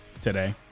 today